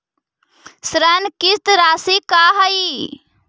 ऋण किस्त रासि का हई?